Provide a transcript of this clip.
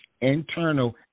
internal